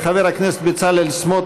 גם חברי הכנסת איימן עודה וג'מאל זחאלקה